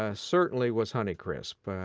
ah certainly, was honeycrisp.